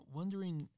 wondering